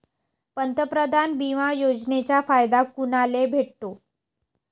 पंतप्रधान बिमा योजनेचा फायदा कुनाले भेटतो?